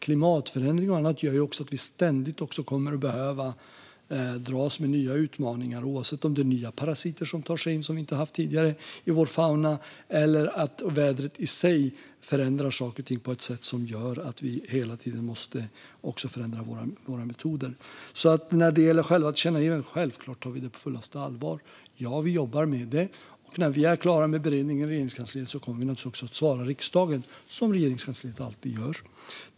Klimatförändringar och annat gör att vi ständigt kommer att behöva dras med nya utmaningar, oavsett om det är nya parasiter som tar sig in och som vi inte tidigare har haft i vår fauna eller att vädret i sig förändrar saker och ting och gör att vi hela tiden måste förändra våra metoder. När det gäller själva tillkännagivandet tar vi det självklart på fullaste allvar. Ja, vi jobbar med det, och när vi är klara med beredningen i Regeringskansliet kommer vi naturligtvis att svara riksdagen, som Regeringskansliet alltid gör.